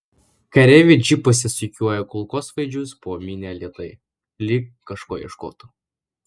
kareiviai džipuose sukioja kulkosvaidžius po minią lėtai lyg kažko ieškotų